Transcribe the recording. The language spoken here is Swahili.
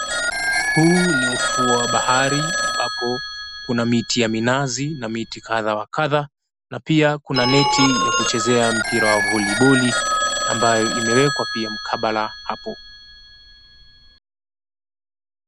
Huu ni ufuo wa bahari ambapo kuna miti ya minazi na miti kadha wa kadha na pia, kuna neti ya kuchezea mpira wa voliboli ambayo imewekwa pia mkabala hapo.